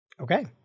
Okay